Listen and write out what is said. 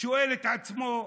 שואל את עצמו,